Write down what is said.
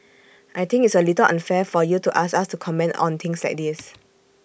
I think it's A little unfair for you to ask us to comment on things like this